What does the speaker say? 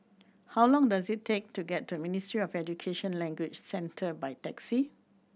how long does it take to get to Ministry of Education Language Centre by taxi